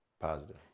Positive